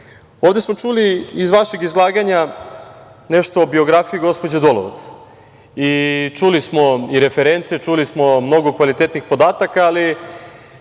smo čuli iz vašeg izlaganja nešto o biografiji gospođe Dolovac. Čuli smo i reference, čuli smo mnogo kvalitetnih podataka, ali,